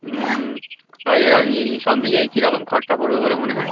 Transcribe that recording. হুম তাই ওই সব মিলিয়ে কীরকম খরচা পড়বে বলে মনে হয়